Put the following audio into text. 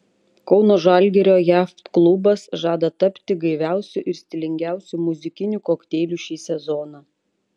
kauno žalgirio jachtklubas žada tapti gaiviausiu ir stilingiausiu muzikiniu kokteiliu šį sezoną